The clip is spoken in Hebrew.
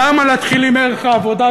למה להתחיל עם ערך העבודה,